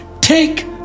take